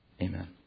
Amen